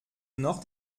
noch